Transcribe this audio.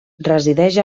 resideix